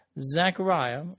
Zechariah